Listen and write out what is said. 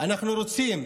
אנחנו רוצים,